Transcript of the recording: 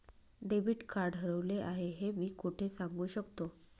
Debit card हरवले आहे हे मी कोठे सांगू शकतो?